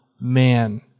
man